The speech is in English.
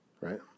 Right